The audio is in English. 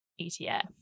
etf